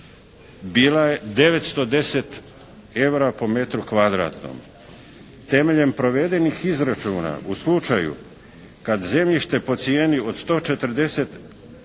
bila je 910 evra po metru kvadratnom. Temeljem provedenih izračuna u slučaju kad zemljište po cijeni od 140 evra